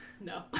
No